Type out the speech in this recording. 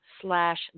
Slash